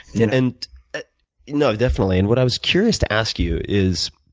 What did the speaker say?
and and you know definitely. and what i was curious to ask you is,